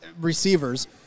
receivers